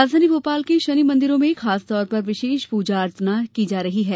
राजधानी भोपाल के शनि मंदिरों में खासतौर पर विशेष पूजाअर्चना की जा रही है